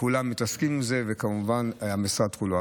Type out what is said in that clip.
כולם מתעסקים עם זה, וכמובן המשרד כולו.